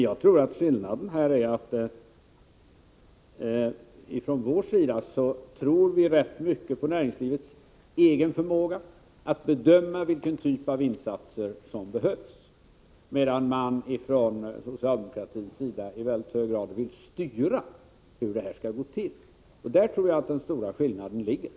Jag tror att skillnaden här är att vi från vår sida tror rätt mycket på näringslivets egen förmåga att bedöma vilken typ av insatser som behövs, medan man från socialdemokratins sida i mycket hög grad vill styra det hela. Där tror jag att den stora skillnaden finns.